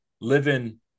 living